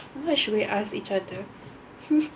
what should we ask each other